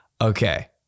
okay